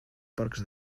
porcs